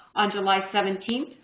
on july seventeenth,